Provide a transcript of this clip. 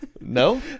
No